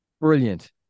Brilliant